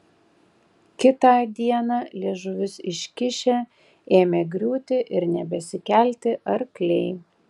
kitą dieną liežuvius iškišę ėmė griūti ir nebesikelti arkliai